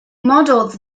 modeled